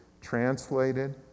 translated